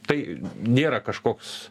tai nėra kažkoks